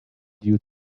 due